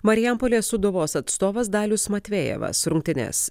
marijampolės sūduvos atstovas dalius matvejevas rungtynes